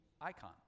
Icon